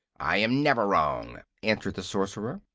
i am never wrong, answered the sorcerer.